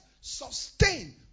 sustain